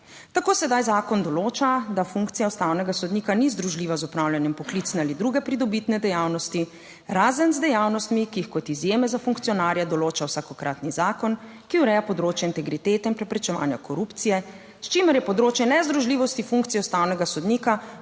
Tako sedaj zakon določa, da funkcija ustavnega sodnika ni združljiva z opravljanjem poklicne ali druge pridobitne dejavnosti, razen z dejavnostmi, ki jih kot izjeme za funkcionarje določa vsakokratni zakon, ki ureja področje integritete in preprečevanja korupcije, s čimer je področje nezdružljivosti funkcije ustavnega sodnika